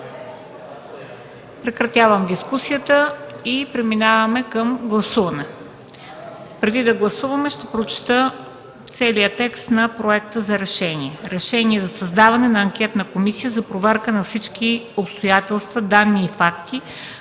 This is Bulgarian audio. Прекратявам дискусията и преминаваме към гласуване. Преди да гласуваме, ще прочета целият текст на проекта за решение. „РЕШЕНИЕ за създаване на Анкетна комисия за проверка на всички обстоятелства, данни и факти